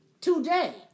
today